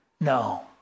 no